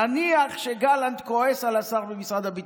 נניח שגלנט כועס על השר במשרד הביטחון,